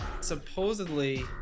supposedly